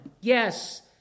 Yes